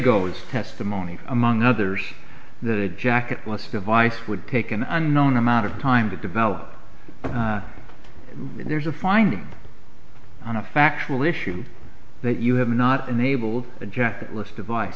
is testimony among others the jacket less device would take an unknown amount of time to develop and there's a finding on a factual issue that you have not enabled a jacket less device